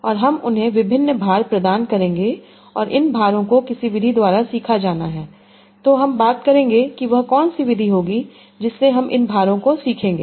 और हम उन्हें विभिन्न भार प्रदान करेंगे और इन भारों को किसी विधि द्वारा सीखा जाना है और हम बात करेंगे कि वह कौन सी विधि होगी जिससे हम इन भारों को सीखेंगे